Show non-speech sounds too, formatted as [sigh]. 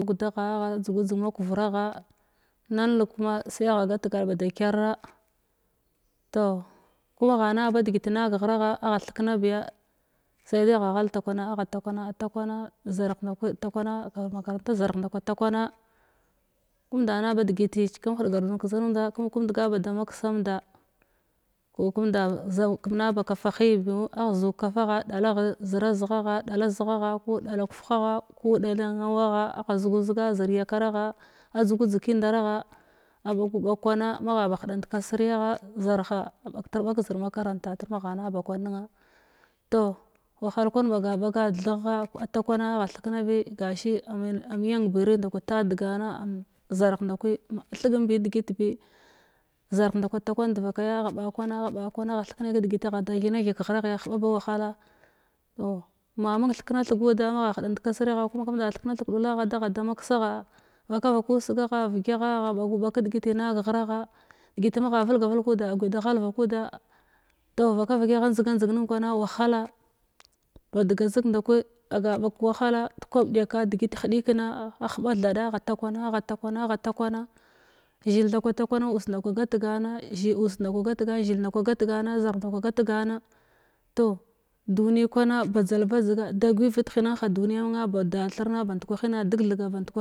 Ugdagha agha dzugu dzeg ma kurra gha nalnig kum sai agha gat ga ba da kyarra toh kumagha na ba degit nág ghragha agha theknabi agha takwana zarh nda kwi takwa na kegh makaranta zarh nda kwani takwana kemnda na ba degitici kum heɗagar [unintelligible] k kum dega ba da makesamnda ma kumnda zan kum na b kafa hiyi bimu agha kafagha dalagh zirazghagha ɗala zala ghakudala kufuhagha ku dalan a wagha agha zugu zuga zir yakaragha a dzugu dzeg kinda ragha a ɓagu ɓag kwana magha ba hedant kasriyagha zarha a bagtrbag kazir makaranta ramagha kwan ɓaga ɓaga theghgha a ta kwana agha thek nabi gashi ame-a am yam biyirimda kwi ta degana an zarh nda kwi thegambi degit bi zarh nda ka takwan devakaya agha ɓa kwana afha ɓakwana agha thekne kedigit ada thena thig keghraghya a heɓa ba wahala toh ma mung thekna thigudu magha hedant kasiniyagha ku ma mund thikna thig kedula agha dagha da maka gha vaka vakusagagha vegyagha agha ɓaga bag kedigiti nag ghragha aguya da ghalg vakuda toh aguya da ghalg vakuda toh vakvaki agha njdiga njdig nin kwana wahala badga zig nda kwi ɗekka degit hedikina ahɓa tha agha takwana agha takwna agha takwana zhil nda kwa takwana us nda kwa gat gana zhil-us us ndakwa gat gana zarh nda kwa gat gana toh duni kwana badzal badzega da gwivit thirna band kwahina deg thega band kwahina